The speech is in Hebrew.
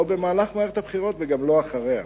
לא במהלך מערכת הבחירות וגם לא אחריה.